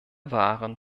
waren